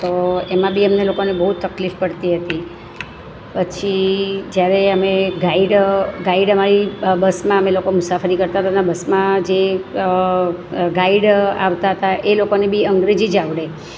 તો એમાં બી અમને લોકોને બહુ જ તકલીફ પડતી હતી પછી જયારે અમે ગાઈડ ગાઈડ અમારી બસમાં અમે લોકો મુસાફરી કરતા કરતા બસમાં જે ગાઈડ આવતા હતા એ લોકોને બી અંગ્રેજી જ આવડે